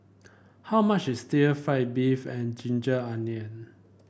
how much is fry beef and ginger onion